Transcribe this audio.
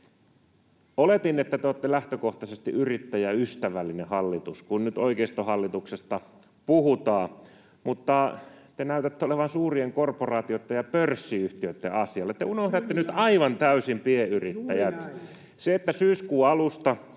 Oletin, että te olette lähtökohtaisesti yrittäjäystävällinen hallitus, kun nyt oikeistohallituksesta puhutaan, mutta te näytätte olevan suurien korporaatioitten ja pörssiyhtiöitten asialla. Te unohdatte nyt aivan täysin pienyrittäjät. [Antti Kurvinen: